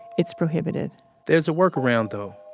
it's prohibited there's a workaround though,